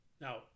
Now